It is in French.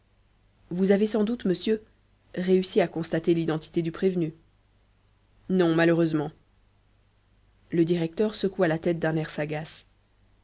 vous avez sans doute monsieur réussi à constater l'identité du prévenu non malheureusement le directeur secoua la tête d'un air sagace